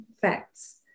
facts